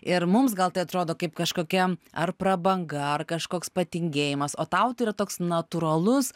ir mums gal tai atrodo kaip kažkokia ar prabanga ar kažkoks patingėjimas o tau tai yra toks natūralus